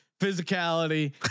physicality